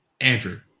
Andrew